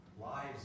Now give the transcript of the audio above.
lives